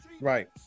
Right